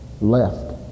left